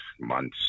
months